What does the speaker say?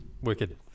Wicked